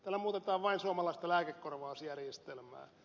tällä muutetaan vain suomalaista lääkekorvausjärjestelmää